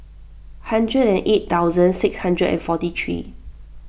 hundred and eight thousand six hundred and forty three